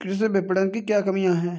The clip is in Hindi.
कृषि विपणन की क्या कमियाँ हैं?